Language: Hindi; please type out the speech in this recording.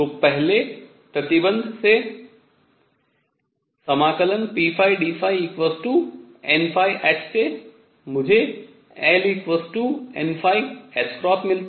तो पहले प्रतिबन्ध ∫pdϕnh से मुझे L n मिलता है